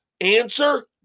Answer